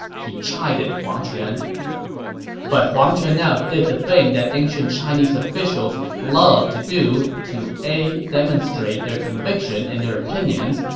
he chided huang quan but huang quan now did the thing that ancient chinese officials love to do to a demonstrate their conviction in their opinions,